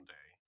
Day